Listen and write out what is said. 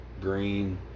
green